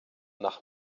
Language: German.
nach